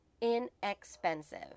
inexpensive